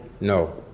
No